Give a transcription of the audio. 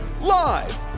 Live